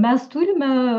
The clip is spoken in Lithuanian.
mes turime